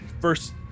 first